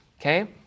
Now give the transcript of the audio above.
okay